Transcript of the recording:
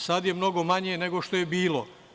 Sad je mnogo manje nego što je bilo.